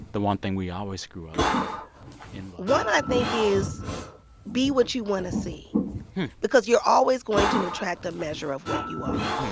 the one thing we always screw up on in relationships? one, i think, is be what you want to see because you're always going to attract a measure of what you are.